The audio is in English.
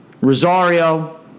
Rosario